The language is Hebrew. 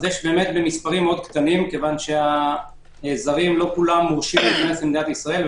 במספרים מאוד קטנים כי לא כולם מורשים להיכנס למדינת ישראל.